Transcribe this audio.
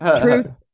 truth